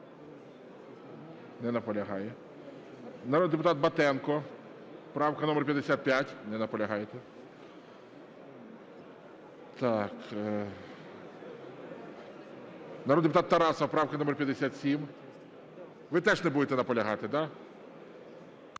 Не наполягає. Народний депутат Батенко, правка номер 55. Не наполягаєте. Так, народний депутат Тарасов, правка номер 57. Ви теж не будете наполягати, да?